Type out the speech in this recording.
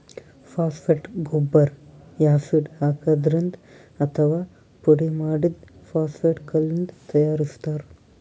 phosphate ಗೊಬ್ಬರ್ acid ಹಾಕಿದ್ರಿಂದ್ ಅಥವಾ ಪುಡಿಮಾಡಿದ್ದ್ ಫಾಸ್ಫೇಟ್ ಕಲ್ಲಿಂದ್ ತಯಾರಿಸ್ತಾರ್